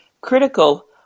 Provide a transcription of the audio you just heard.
critical